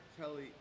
Kelly